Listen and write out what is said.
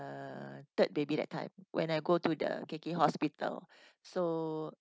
third baby that time when I go to the K_K hospital so